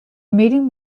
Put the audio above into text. meeting